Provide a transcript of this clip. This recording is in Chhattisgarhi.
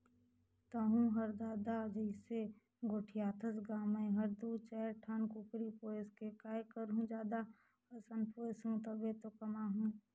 तहूँ हर ददा जइसे गोठियाथस गा मैं हर दू चायर ठन कुकरी पोयस के काय करहूँ जादा असन पोयसहूं तभे तो कमाहूं